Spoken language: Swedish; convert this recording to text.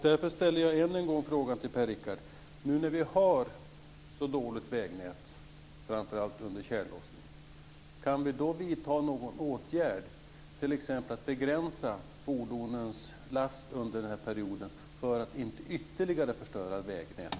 Därför ställer jag än en gång frågan till Per-Richard: Nu när vi har så dåligt vägnät, framför allt under tjällossningen, kan vi då vidta någon åtgärd, t.ex. begränsa fordonens last under den här perioden, för att inte ytterligare förstöra vägnätet?